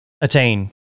attain